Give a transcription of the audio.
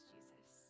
Jesus